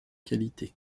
qualités